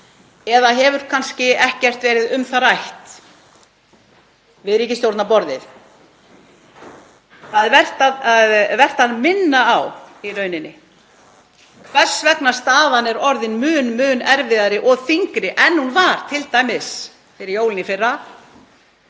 Eða hefur kannski ekkert verið um það rætt við ríkisstjórnarborðið? Það er vert að minna á hvers vegna staðan er orðin mun erfiðari og þyngri en hún var t.d. fyrir jólin í fyrra.